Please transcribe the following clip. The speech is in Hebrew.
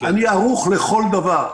אני ערוך לכל דבר.